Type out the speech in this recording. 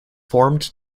formed